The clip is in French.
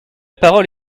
parole